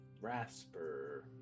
Rasper